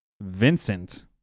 Vincent